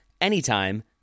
anytime